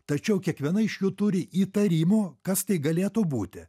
tačiau kiekviena iš jų turi įtarimų kas tai galėtų būti